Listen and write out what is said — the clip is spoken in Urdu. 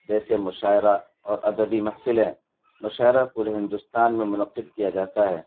جیسے مشاعرہ اور ادبی محفلیں مشاعرہ پورے ہندوستان میں منعقد کیا جاتا ہے